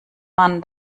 man